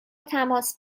تماس